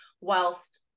whilst